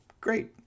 Great